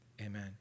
amen